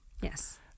Yes